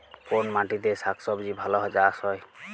কোন মাটিতে শাকসবজী ভালো চাষ হয়?